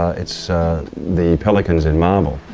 it's the pelicans in marble.